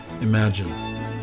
Imagine